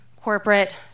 corporate